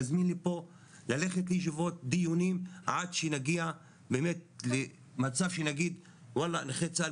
להזמין לפה ללכת לישיבות דיונים עד שנגיע באמת למצב שנגיד נכי צה"ל